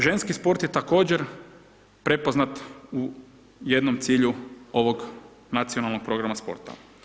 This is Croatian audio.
Ženski sport je također prepoznat u jednom cilju ovog nacionalnog programa sporta.